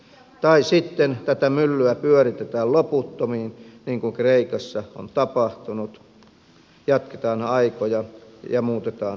tai sitten tätä myllyä pyöritetään loputtomiin niin kuin kreikassa on tapahtunut jatketaan aikoja ja muutetaan korkosopimuksia